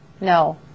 No